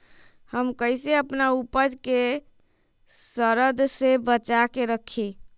हम कईसे अपना उपज के सरद से बचा के रखी?